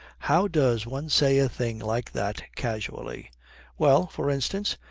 how does one say a thing like that casually well, for instance,